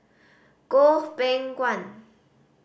Goh Beng Kwan